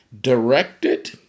directed